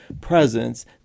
presence